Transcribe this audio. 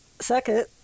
Second